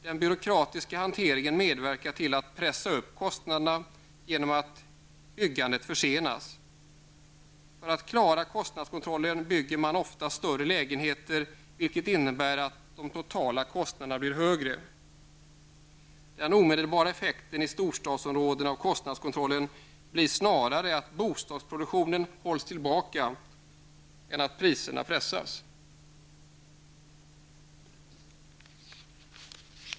Den byråkratiska hanteringen medverkar till att pressa upp kostnaderna genom att byggandet försenas. För att klara kostnadskontrollen bygger man oftast större lägenheter, vilket innebär att de totala kostnaderna blir högre. Den omedelbara effekten i storstadsområdena av kostnadskontrollen blir snarare att bostadsproduktionen hålls tillbaka än att priserna pressas.